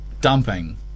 Dumping